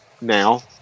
now